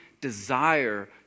desire